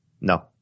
No